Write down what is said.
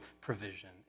provision